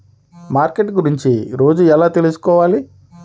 Market గురించి రోజు ఎలా తెలుసుకోవాలి?